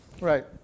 Right